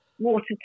water